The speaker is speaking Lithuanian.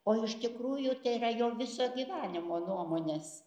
o iš tikrųjų tai yra jo viso gyvenimo nuomonės